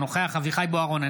אינו נוכח אביחי אברהם בוארון,